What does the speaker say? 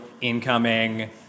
incoming